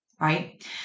Right